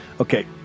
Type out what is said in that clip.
Okay